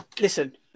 Listen